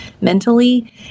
mentally